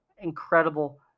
Incredible